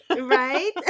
Right